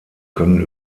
können